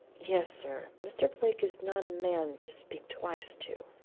yes sir mr. blake is not a man to speak twice to.